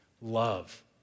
love